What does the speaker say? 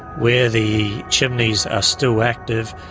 where the chimneys are still active,